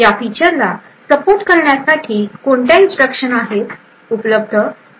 या फिचर ना सपोर्ट करण्यासाठी कोणत्या इन्स्ट्रक्शन उपलब्ध आहेत